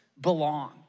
belong